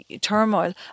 turmoil